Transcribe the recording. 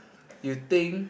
you think